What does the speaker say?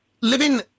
Living